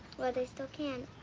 while they still can.